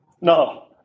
No